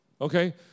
okay